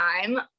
time